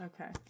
Okay